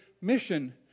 mission